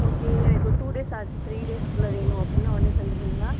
okay எனக்கு ஒரு two days or three டேஸ்க்குள்ளே வேணும் அப்படின்னா உடனே தந்துருவீங்களா